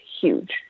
huge